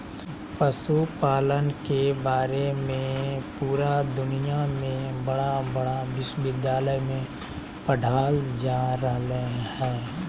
पशुपालन के बारे में पुरा दुनया में बड़ा बड़ा विश्विद्यालय में पढ़ाल जा रहले हइ